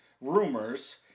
rumors